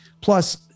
Plus